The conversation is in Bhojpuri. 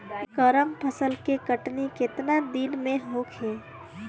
गर्मा फसल के कटनी केतना दिन में होखे?